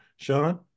sean